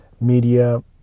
media